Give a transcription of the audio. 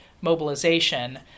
mobilization